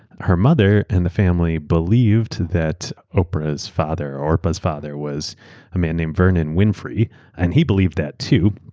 her mother and the family believed that orpah's father orpah's father was a man named vernon winfrey and he believed that, too.